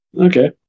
Okay